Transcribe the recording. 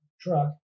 truck